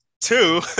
Two